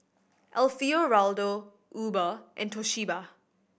Alfio Raldo Uber and Toshiba